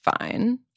fine